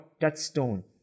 touchstone